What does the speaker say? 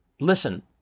listen